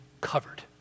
covered